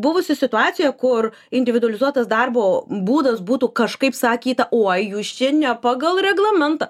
buvusi situacija kur individualizuotas darbo būdas būtų kažkaip sakyta uoj jūs čia ne pagal reglamentą